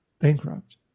bankrupt